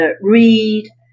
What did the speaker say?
read